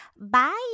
bye